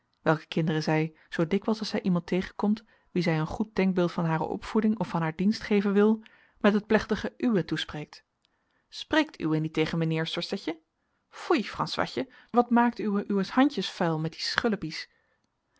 welke kinderen zij zoo dikwijls als zij iemand tegenkomt wien zij een goed denkbeeld van hare opvoeding of van haar dienst geven wil met het plechtige uwé toespreekt spreekt uwé niet tegen meneer sorsetje foei franswatje wat maakt uwé uwees handjes vuil met die